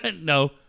No